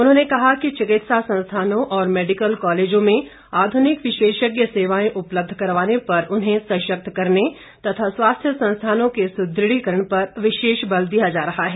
उन्होंने कहा कि चिकित्सा संस्थानों और मैडिकल कॉलेजों में आधुनिक विशेषज्ञ सेवाएं उपलब्ध करवाने पर उन्हें सशक्त करने तथा स्वास्थ्य संस्थानों के सुदृढ़ीकरण पर विशेष बल दिया जा रहा है